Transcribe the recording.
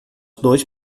dois